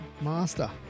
master